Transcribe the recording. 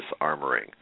armoring